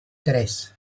tres